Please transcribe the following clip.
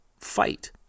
fight